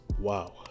wow